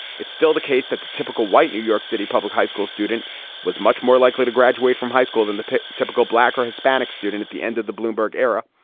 it's still the case that the typical white new york city public high school student was much more likely to graduate from high school than the typical black or hispanic student at the end of the bloomberg era.